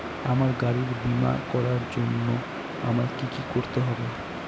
আমার গাড়ির বীমা করার জন্য আমায় কি কী করতে হবে?